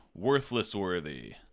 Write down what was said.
Worthlessworthy